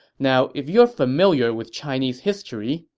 now, if you are familiar with chinese history,